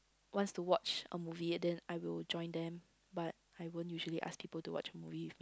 wants to watch a movie and then I will join them but I won't usually ask people to watch movie